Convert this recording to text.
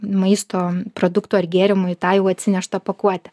maisto produktų ar gėrimų į tą jau atsineštą pakuotę